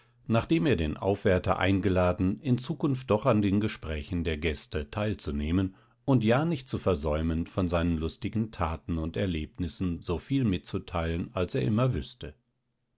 nachdem er den aufwärter eingeladen in zukunft doch an den gesprächen der gäste teilzunehmen und ja nicht zu versäumen von seinen lustigen taten und erlebnissen soviel mitzuteilen als er immer wüßte